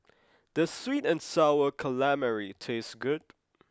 does sweet and sour calamari taste good